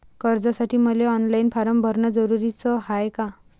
कर्जासाठी मले online form भरन जरुरीच हाय का?